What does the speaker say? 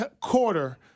quarter